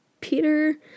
Peter